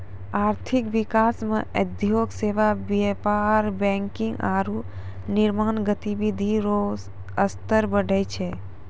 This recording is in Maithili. आर्थिक विकास मे उद्योग सेवा व्यापार बैंकिंग आरू निर्माण गतिविधि रो स्तर बढ़ै छै